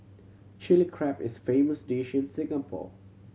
Chilli Crab is famous dish in Singapore